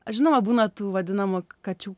aš žinoma būna tų vadinamų kačių